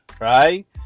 right